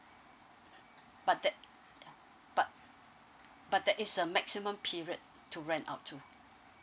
but that but but that is a maximum period to rent out to